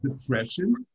depression